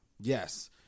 Yes